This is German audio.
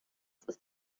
ist